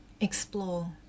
explore